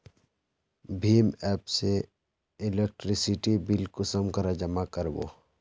भीम app से electricity bill कुंसम करे जमा कर बो?